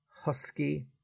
husky